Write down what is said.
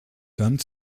comme